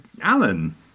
Alan